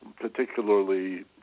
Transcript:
particularly